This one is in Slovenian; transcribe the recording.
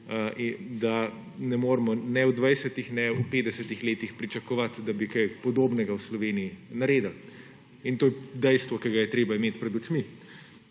da ne moremo ne v 20 ne v 50 letih pričakovati, da bi kaj podobnega v Sloveniji naredili. In to je dejstvo, ki ga je treba imeti pred očmi.